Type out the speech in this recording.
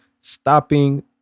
Stopping